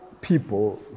people